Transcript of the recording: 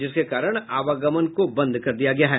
जिसके कारण आवागम को बंद कर दिया गया है